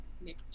Nick